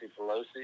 Pelosi